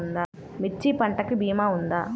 మిర్చి పంటకి భీమా ఉందా?